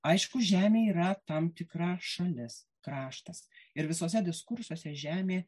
aišku žemė yra tam tikra šalis kraštas ir visuose diskursuose žemė